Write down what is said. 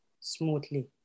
smoothly